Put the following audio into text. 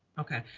okay.